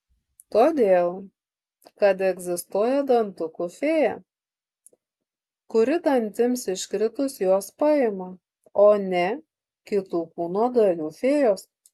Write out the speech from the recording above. todėl kad egzistuoja dantukų fėja kuri dantims iškritus juos paima o ne kitų kūno dalių fėjos